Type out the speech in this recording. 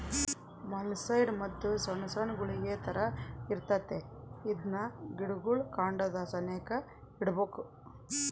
molluscicide ಮದ್ದು ಸೊಣ್ ಸೊಣ್ ಗುಳಿಗೆ ತರ ಇರ್ತತೆ ಇದ್ನ ಗಿಡುಗುಳ್ ಕಾಂಡದ ಸೆನೇಕ ಇಡ್ಬಕು